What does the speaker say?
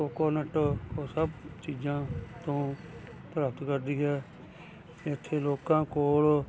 coconut ਉਹ ਸਭ ਚੀਜ਼ਾਂ ਤੋਂ ਪ੍ਰਭਾਵਿਤ ਕਰਦੀ ਹੈ ਇੱਥੇ ਲੋਕਾਂ ਕੋਲ